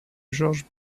george